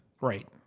Right